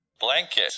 blanket